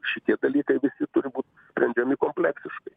šitie dalykai turi būt sprendžiami kompleksiškai